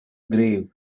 grave